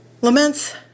Laments